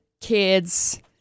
kids